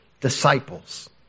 disciples